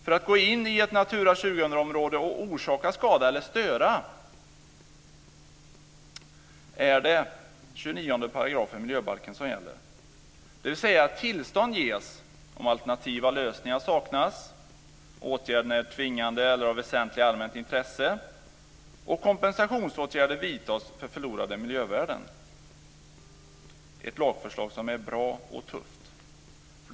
För att få gå in i ett Natura 2000-område och orsaka skada eller störa är det 29 § miljöbalken som gäller, dvs. att tillstånd ges om alternativa lösningar saknas och om åtgärderna är tvingande eller av väsentligt allmänt intresse och om kompensationsåtgärder vidtas för förlorade miljövärden. Det är ett lagförslag som är bra och tufft.